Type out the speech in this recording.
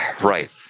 right